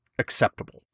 Acceptable